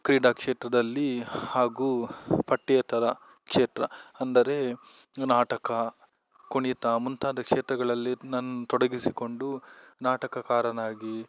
ಕ್ರೀಡಾ ಕ್ಷೇತ್ರದಲ್ಲಿ ಹಾಗೂ ಪಠ್ಯೇತರ ಕ್ಷೇತ್ರ ಅಂದರೆ ನಾಟಕ ಕುಣಿತ ಮುಂತಾದ ಕ್ಷೇತ್ರಗಳಲ್ಲಿ ನನ್ನ ತೊಡಗಿಸಿಕೊಂಡು ನಾಟಕಕಾರನಾಗಿ